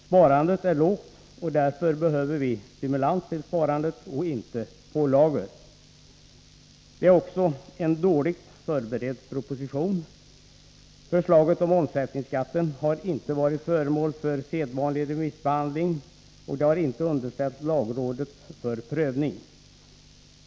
Sparandet är lågt, och därför behöver vi stimulans till sparande, inte pålagor. Det är också en dåligt förberedd proposition. Förslaget om denna omsättningsskatt har inte varit föremål för sedvanlig remissbehandling, och det har inte underställts lagrådet för prövning.